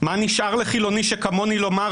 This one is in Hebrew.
מה נשאר לחילוני שכמוני לומר,